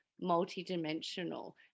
multi-dimensional